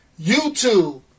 YouTube